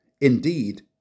Indeed